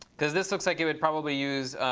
because this looks like it would probably use